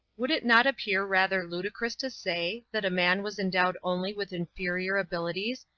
would it not appear rather ludicrous to say, that a man was endowed only with inferior abilities,